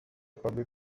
public